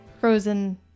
Frozen